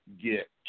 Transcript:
get